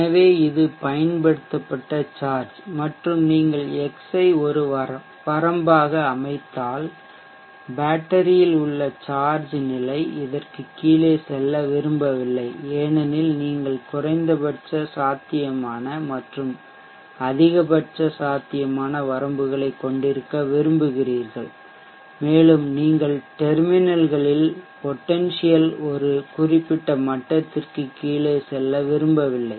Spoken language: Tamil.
எனவே இது பயன்படுத்தப்பட்ட சார்ஜ் மற்றும் நீங்கள் x ஐ ஒரு வரம்பாக அமைத்தால் பேட்டரியில் உள்ள சார்ஜ் நிலை இதற்கு கீழே செல்ல விரும்பவில்லை ஏனெனில் நீங்கள் குறைந்தபட்ச சாத்தியமான மற்றும் அதிகபட்ச சாத்தியமான வரம்புகளைக் கொண்டிருக்க விரும்புகிறீர்கள் மேலும் நீங்கள் டெர்மினல்களில் பொட்டென்சியல் ஒரு குறிப்பிட்ட மட்டத்திற்கு கீழே செல்ல விரும்பவில்லை